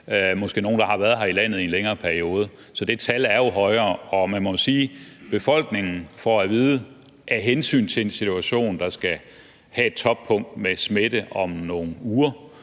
måske nogle, der har været her i landet i en længere periode. Så det tal er jo højere. Befolkningen får at vide, at vi af hensyn til en situation, der skal have et toppunkt med smitte om nogle uger,